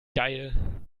geil